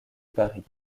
paris